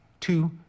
two